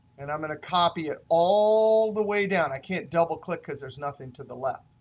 and i'm going to copy it all the way down. i can't double click because there's nothing to the left.